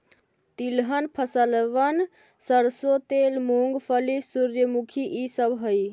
तिलहन फसलबन सरसों तेल, मूंगफली, सूर्यमुखी ई सब हई